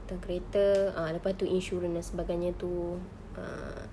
hutang kereta ah lepas itu insurance dan sebagainya itu ah